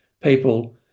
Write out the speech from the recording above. people